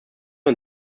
und